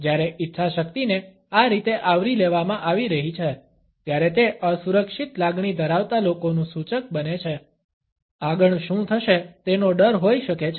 જ્યારે ઇચ્છાશક્તિને આ રીતે આવરી લેવામાં આવી રહી છે ત્યારે તે અસુરક્ષિત લાગણી ધરાવતા લોકોનું સૂચક બને છે આગળ શું થશે તેનો ડર હોઈ શકે છે